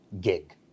gig